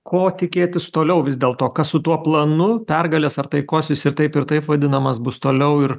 ko tikėtis toliau vis dėl to kas su tuo planu pergalės ar taikos jis ir taip ir taip vadinamas bus toliau ir